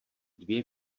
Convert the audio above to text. dvě